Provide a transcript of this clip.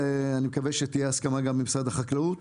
ואני מקווה שתהיה הסכמה גם ממשרד החקלאות,